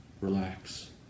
relax